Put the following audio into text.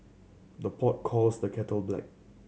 the pot calls the kettle black